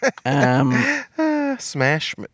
Smash